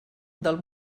del